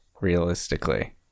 realistically